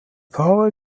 paare